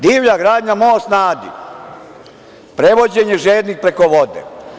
Divlja gradnja, Most na Adi, prevođenje žednih preko vode.